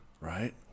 Right